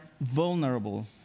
vulnerable